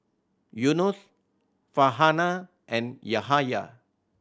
Yunos Farhanah and Yahya